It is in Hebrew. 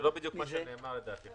זו טעות.